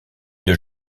deux